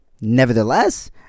Nevertheless